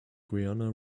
guiana